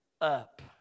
up